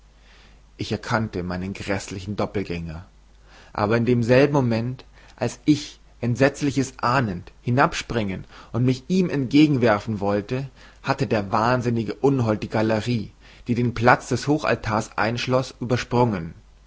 ich erkannte meinen gräßlichen doppeltgänger aber in demselben moment als ich entsetzliches ahnend hinabspringen und mich ihm entgegenwerfen wollte hatte der wahnsinnige unhold die galerie die den platz des hochaltars einschloß übersprungen